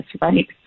right